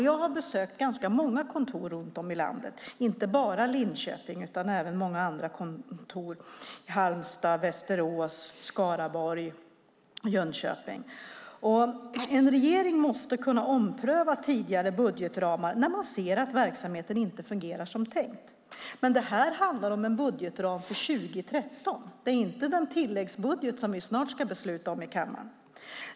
Jag har besökt ganska många kontor runt om i landet och då inte bara i Linköping utan även många andra kontor - i Halmstad, Västerås, Skaraborg och Jönköping. En regering måste kunna ompröva tidigare budgetramar när man ser att verksamheten inte fungerar som det var tänkt. Här handlar det om en budgetram för år 2013, inte om den tilläggsbudget som vi snart ska besluta om här i kammaren.